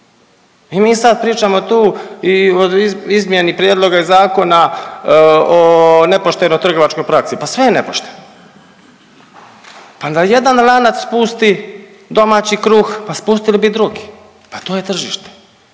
I mi sad pričamo tu o izmjeni prijedloga zakona o nepoštenoj trgovačkoj praksi. Pa sve je nepošteno. Pa da jedan lanac spusti domaći kruh, pa spustili bi i drugi. Pa to je tržište,